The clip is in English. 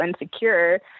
insecure